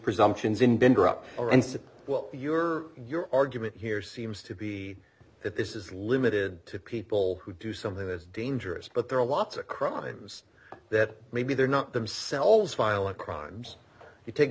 said well your your argument here seems to be that this is limited to people who do something that's dangerous but there are lots of crimes that maybe they're not themselves violent crimes you take